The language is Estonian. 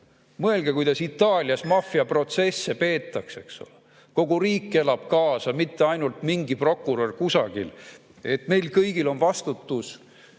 Mõelge, kuidas Itaalias maffiaprotsesse peetakse. Kogu riik elab kaasa, mitte ainult mingi prokurör kusagil. Meil kõigil on vastutus